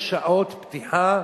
יש שעות פתיחה